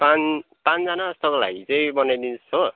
पाँच पाँचजना जस्तोको लागि चाहिँ बनाइदिनु होस् हो